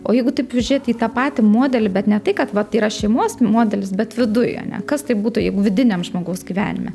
o jeigu taip žiūrėti į tą patį modelį bet ne tai kad vat yra šeimos modelis bet viduj ane kas tai būtų jeigu vidiniam žmogaus gyvenime